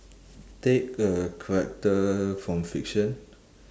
take a character from fiction